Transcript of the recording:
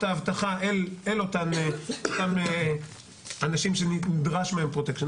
האבטחה אל אותם אנשים שנדרש מהם פרוטקשן.